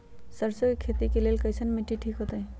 सरसों के खेती के लेल कईसन मिट्टी ठीक हो ताई?